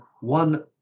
one